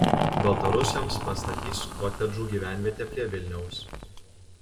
baltarusiams pastatys kotedžų gyvenvietę prie vilniaus